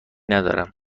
ندارم